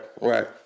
right